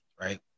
Right